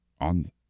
on